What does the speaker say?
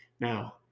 Now